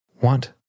want